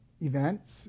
events